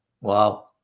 Wow